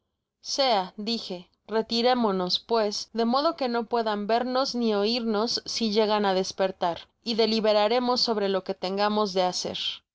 dije retirémonos pues de modo que no puedan vernos ni oirnos si llegan á despertar y deliberaremos sobre loque tengamos de hacer